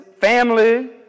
family